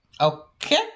Okay